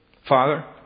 Father